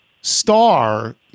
star